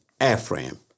AFRAM